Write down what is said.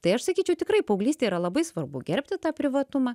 tai aš sakyčiau tikrai paauglystėj yra labai svarbu gerbti tą privatumą